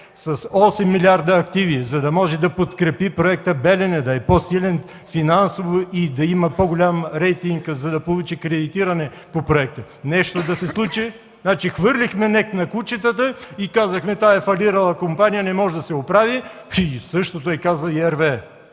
с 8 млрд. активи, за да може да подкрепи проекта „Белене”, да е по-силен финансово и да има по-голям рейтинг, за да получи кредитиране по проекта. Нещо да се случи?! Значи хвърлихме НЕК на кучетата и казахме: „Тази фалирала компания не може да се оправи”, че същото е казал и RWE.